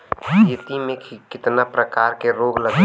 खेती में कितना प्रकार के रोग लगेला?